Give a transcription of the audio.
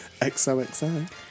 XOXO